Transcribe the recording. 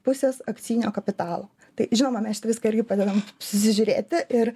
pusės akcinio kapitalo tai žinoma mes šitą viską irgi padedam susižiūrėti ir